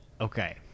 okay